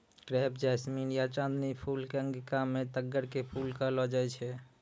crepe jasmine या चांदनी फूल कॅ अंगिका मॅ तग्गड़ के फूल कहलो जाय छै